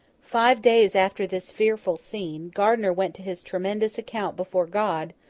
five days after this fearful scene, gardiner went to his tremendous account before god,